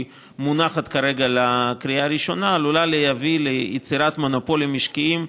מונחת כרגע לקריאה ראשונה עלולה להביא ליצירת מונופולים משקיים,